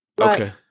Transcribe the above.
Okay